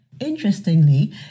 Interestingly